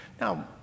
Now